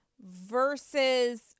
versus